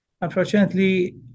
unfortunately